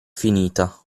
finita